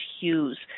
Hughes